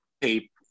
tape